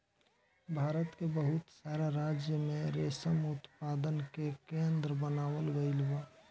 भारत के बहुत सारा राज्य में रेशम उत्पादन के केंद्र बनावल गईल बा